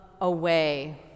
away